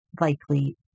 likely